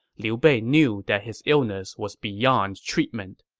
liu bei knew that his illness was beyond treatment.